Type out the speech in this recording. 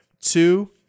Two